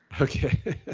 okay